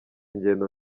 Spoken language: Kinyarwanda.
ingendo